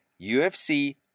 ufc